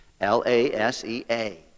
L-A-S-E-A